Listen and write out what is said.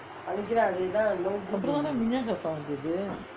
அப்ரோ தான்:apro thaan minyak kapak வ‌ந்தது:vanthathu